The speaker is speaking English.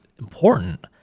important